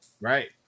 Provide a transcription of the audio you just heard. right